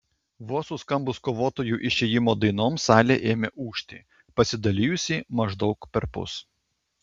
vos suskambus kovotojų išėjimo dainoms sale ėmė ūžti pasidalijusi maždaug perpus